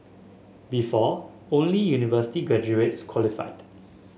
before only university graduates qualified